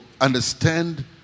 understand